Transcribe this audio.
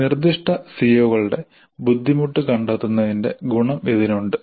നിർദ്ദിഷ്ട സിഒകളുടെ ബുദ്ധിമുട്ട് കണ്ടെത്തുന്നതിന്റെ ഗുണം ഇതിന് ഉണ്ട്